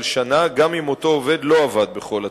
שנה גם אם אותו עובד לא עבד בכל התקופה,